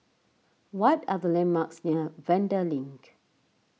what are the landmarks near Vanda Link